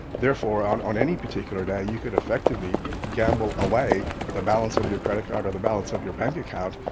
therefore on on any particular day you could effectively gamble away the balance of your credit card or the balance of your bank account,